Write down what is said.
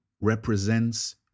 represents